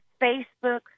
Facebook